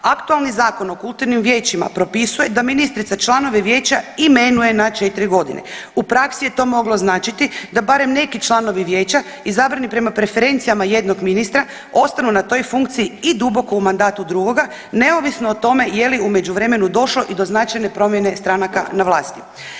Aktualni Zakon o kulturnim vijećima propisuje da ministrica članove vijeća imenuje na 4.g., u praksi je to moglo značiti da barem neki članovi vijeća izabrani prema preferencijama jednog ministra ostanu na toj funkciji i duboko u mandatu drugoga neovisno o tome je li u međuvremenu došlo i do značajne promjene stranaka na vlasti.